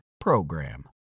PROGRAM